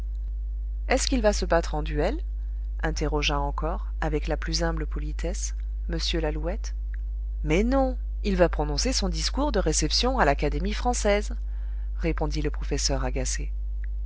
est-ce qu'il va se battre en duel interrogea encore avec la plus humble politesse m lalouette mais non il va prononcer son discours de réception à l'académie française répondit le professeur agacé